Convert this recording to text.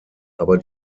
aber